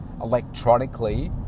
electronically